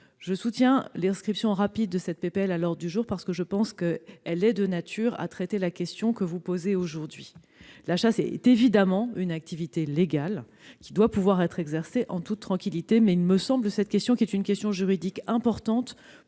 Je soutiens l'inscription rapide de ce texte à l'ordre du jour des assemblées, parce que je pense qu'il est de nature à permettre de traiter la question que vous posez aujourd'hui. La chasse est évidemment une activité légale qui doit pouvoir être exercée en toute tranquillité, mais il me semble que le sujet, qui soulève une question juridique importante,